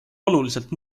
oluliselt